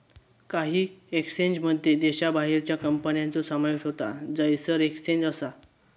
काही एक्सचेंजमध्ये देशाबाहेरच्या कंपन्यांचो समावेश होता जयसर एक्सचेंज असा